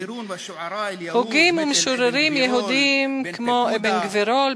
הוגים ומשוררים יהודים כמו אבן גבירול,